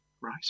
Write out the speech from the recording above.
right